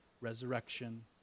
resurrection